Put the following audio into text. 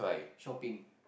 shopping